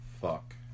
Fuck